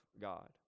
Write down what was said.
God